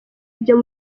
byo